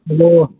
hello